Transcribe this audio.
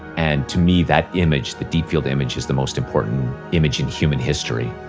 and to me that image, the deep field image is the most important image in human history.